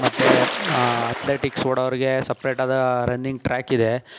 ಮತ್ತು ಅಥ್ಲೆಟಿಕ್ಸ್ ಓಡೋರ್ಗೆ ಸಪ್ರೇಟಾದ ರನ್ನಿಂಗ್ ಟ್ರ್ಯಾಕಿದೆ